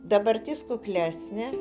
dabartis kuklesnė